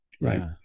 right